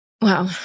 Wow